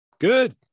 Good